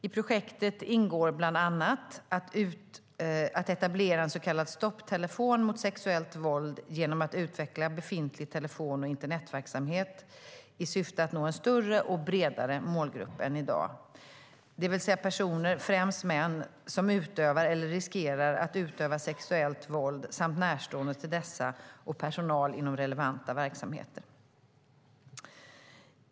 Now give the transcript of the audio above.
I projektet ingår bland annat att etablera en så kallad stopptelefon mot sexuellt våld genom att utveckla befintlig telefon och internetverksamhet i syfte att nå en större och bredare målgrupp än i dag, det vill säga personer, främst män, som utövar eller riskerar att utöva sexuellt våld samt närstående till dem och personal inom relevanta verksamheter.